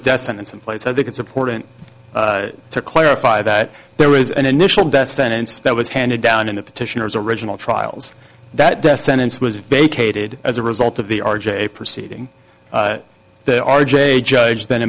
in place i think it's important to clarify that there was an initial death sentence that was handed down in the petitioners original trials that death sentence was vacated as a result of the r j proceeding the r j judge then